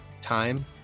time